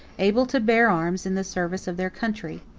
able to bear arms in the service of their country.